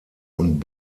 und